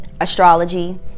astrology